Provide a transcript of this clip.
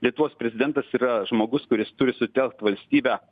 lietuvos prezidentas yra žmogus kuris turi sutelkt valstybę